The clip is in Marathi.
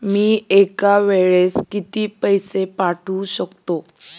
मी एका वेळेस किती पैसे पाठवू शकतो?